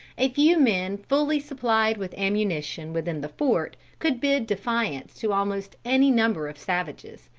a few men fully supplied with ammunition within the fort could bid defiance to almost any number of savages.